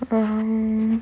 um